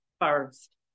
first